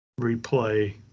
replay